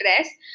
dress